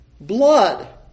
blood